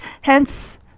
hence